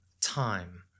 time